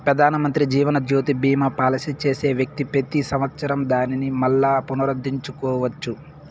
పెదానమంత్రి జీవనజ్యోతి బీమా పాలసీ చేసే వ్యక్తి పెతి సంవత్సరం దానిని మల్లా పునరుద్దరించుకోవచ్చు